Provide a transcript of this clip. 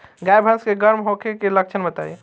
गाय भैंस के गर्म होखे के लक्षण बताई?